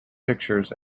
pictures